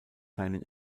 seinen